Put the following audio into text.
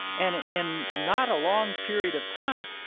and, in not a long period of time,